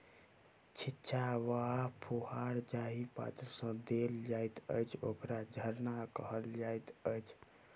छिच्चा वा फुहार जाहि पात्र सँ देल जाइत अछि, ओकरा झरना कहल जाइत अछि